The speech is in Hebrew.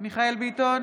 מיכאל מרדכי ביטון,